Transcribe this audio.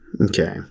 Okay